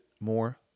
more